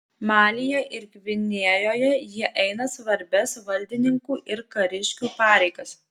malyje ir gvinėjoje jie eina svarbias valdininkų ir kariškių pareigas